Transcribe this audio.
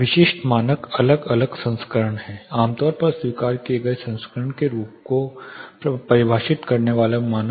विशिष्ट मानक अलग अलग संस्करण हैं आमतौर पर स्वीकार किए गए संस्करण के रूप को परिभाषित करने वाले मानक